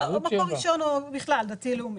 ערוץ 7. בכלל דתי לאומי.